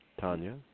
Tanya